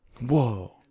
whoa